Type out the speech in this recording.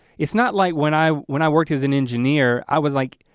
it's not like when i when i worked as an engineer, i was like,